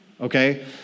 okay